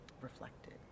reflected